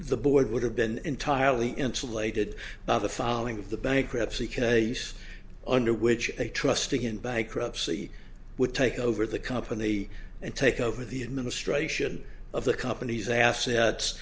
the board would have been entirely insulated by the filing of the bankruptcy case under which a trust again bankruptcy would take over the company a and take over the administration of the company's assets